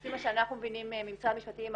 לפי מה שאנחנו מבינים ממשרד המשפטים,